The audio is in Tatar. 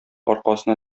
аркасына